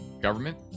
government